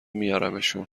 میارمشون